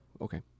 okay